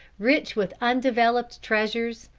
rich with undeveloped treasures,